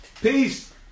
peace